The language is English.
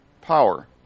power